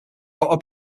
outer